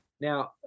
Now